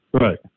Right